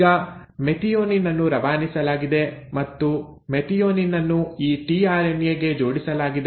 ಈಗ ಮೆಥಿಯೋನಿನ್ ಅನ್ನು ರವಾನಿಸಲಾಗಿದೆ ಮತ್ತು ಮೆಥಿಯೋನಿನ್ ಅನ್ನು ಈ ಟಿಆರ್ಎನ್ಎ ಗೆ ಜೋಡಿಸಲಾಗಿದೆ